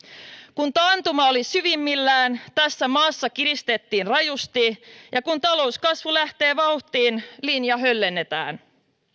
kun taantuma oli syvimmillään tässä maassa kiristettiin rajusti ja kun talouskasvu lähtee vauhtiin linjaa höllennetään